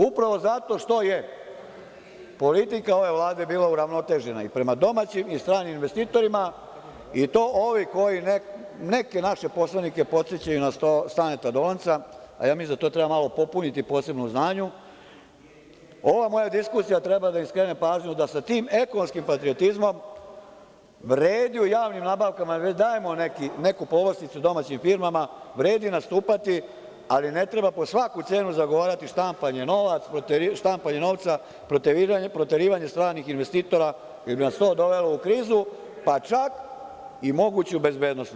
Upravo zato što je politika ove Vlade bila uravnotežena i prema domaćim i prema stranim investitorima i to ovi koji neke naše poslanike podsećaju na Staneta Dolanca, a ja mislim da to treba malo popuniti posebno u znanju, ova moja diskusija treba da im skrene pažnju da se tim ekonomskim patriotizmom vredi u javnim nabavkama, već dajemo neku povlasticu domaćim firmama, vredi nastupati, ali ne treba po svaku cenu zagovarati štampanje novca, proterivanje stranih investitora, jer bi nas to dovelo u krizu, pa čak i moguću bezbednosnu.